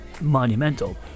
monumental